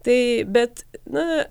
tai bet na